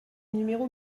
numéro